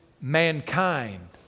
mankind